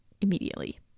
immediately